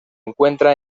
encuentra